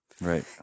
Right